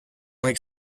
like